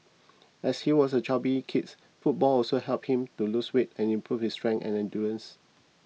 as he was a chubby kids football also helped him to lose weight and improve his strength and endurance